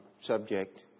subject